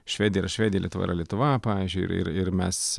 švedija yra švedija lietuva yra lietuva pavyzdžiui ir ir mes